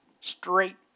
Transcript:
Straight